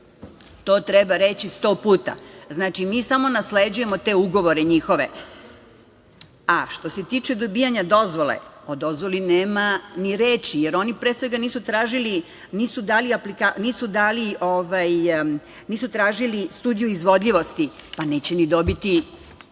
To treba reći 100 puta. Znači, mi samo nasleđujemo te njihove ugovore. Što se tiče dobijanja dozvole, o dozvoli nema ni reči, jer oni pre svega nisu tražili studiju izvodljivosti, pa neće ni dobiti apsolutno